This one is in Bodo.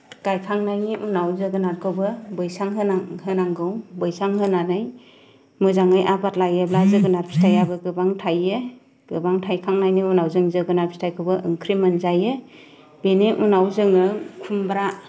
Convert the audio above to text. गायखांनायनि उनाव जोगोनादखौबो बैसां होनां होनांगौ बैसां होनानै मोजाङै आबाद लायोब्ला जोगोनाद फिथाइआबो गोबां थाइयो गोबां थाइखांनायनि उनाव जों जोगोनाद फिथाइखौबो ओंख्रि मोनजायो बिनि उनाव जोङो खुमब्रा